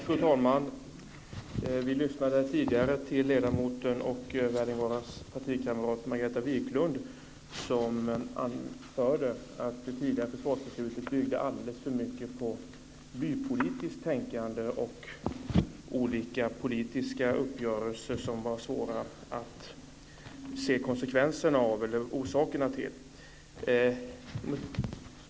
Fru talman! Vi lyssnade tidigare till ledamoten och Erling Wälivaaras partikamrat Margareta Viklund som anförde att det tidigare försvarsbeslutet byggde alldeles för mycket på bypolitiskt tänkande och olika politiska uppgörelser som var svåra att se konsekvenserna av och orsakerna till.